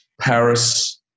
Paris